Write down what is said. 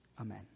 Amen